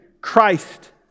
Christ